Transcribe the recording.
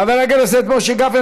חבר הכנסת משה גפני,